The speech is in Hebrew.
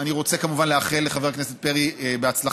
אני רוצה כמובן לאחל לחבר הכנסת פרי בהצלחה,